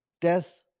death